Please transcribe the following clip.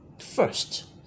first